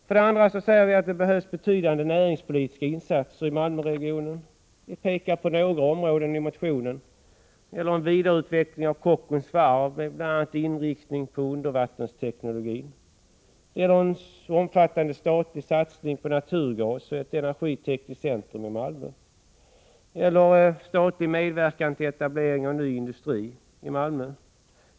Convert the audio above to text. För det andra säger vi att det behövs betydande näringspolitiska insatser i Malmöregionen. Vi pekar i motionen på några områden. Det gäller en vidare utveckling av Kockums varv med inriktning bl.a. på undervattensteknologi. Det gäller en omfattande statlig satsning på naturgas och ett energitekniskt centrum i Malmö. Det gäller statlig medverkan till etablering av ny industri i Malmö.